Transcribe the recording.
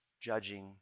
judging